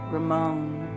Ramone